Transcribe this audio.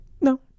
no